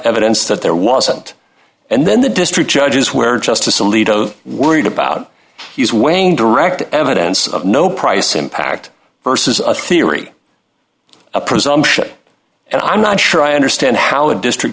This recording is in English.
evidence that there wasn't and then the district judges where justice alito worried about he's weighing direct evidence of no price impact versus a theory a presumption and i'm not sure i understand how a district